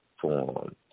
form